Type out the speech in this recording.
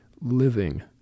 living